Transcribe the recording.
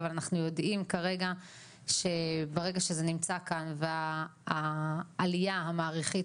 אבל אנחנו יודעים כרגע שברגע שזה נמצא כאן והעלייה המעריכית,